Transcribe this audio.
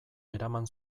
eraman